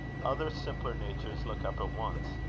other simpler natures look up at once.